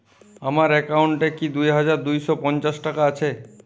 আমার অ্যাকাউন্ট এ কি দুই হাজার দুই শ পঞ্চাশ টাকা আছে?